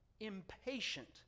Impatient